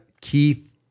Keith